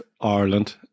Ireland